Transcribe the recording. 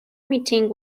meeting